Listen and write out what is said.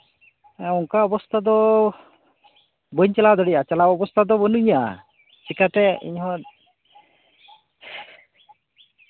ᱚᱱᱠᱟ ᱚᱵᱚᱥᱛᱟ ᱫᱚ ᱵᱟᱹᱧ ᱪᱟᱞᱟᱣ ᱫᱟᱲᱮᱭᱟᱜᱼᱟ ᱪᱟᱞᱟᱣ ᱚᱵᱚᱥᱛᱟ ᱨᱮᱫᱚ ᱵᱟᱱᱩᱟᱧᱟ ᱪᱤᱠᱟᱹᱛᱮ ᱤᱧ ᱦᱚᱸ